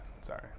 Sorry